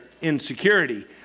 insecurity